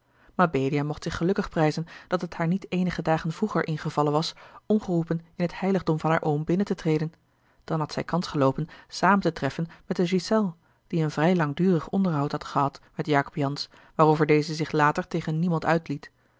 mabelia mocht zich gelukkig prijzen dat het haar niet eenige dagen vroeger ingevallen was ongeroepen in het heiligdom van haar oom binnen te treden dan had zij kans geloopen samen te treffen met de ghiselles die een vrij langdurig onderhoud had gehad met jacob jansz waarover deze zich later tegen niemand uitliet